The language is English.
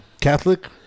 Catholic